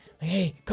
Hey